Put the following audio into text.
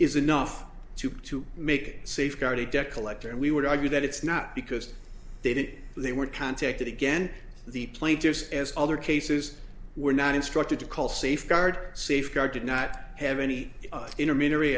is enough to to make safeguard a debt collector and we would argue that it's not because they did they were contacted again the plaintiffs and other cases were not instructed to call safeguard safeguard did not have any intermediary